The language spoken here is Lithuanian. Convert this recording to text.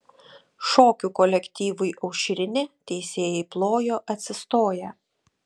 šokių kolektyvui aušrinė teisėjai plojo atsistoję